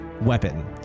weapon